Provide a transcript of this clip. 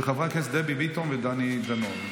של חברי הכנסת דבי ביטון ודני דנון.